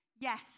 yes